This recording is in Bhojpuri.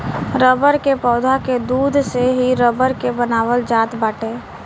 रबर के पौधा के दूध से ही रबर के बनावल जात बाटे